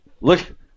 look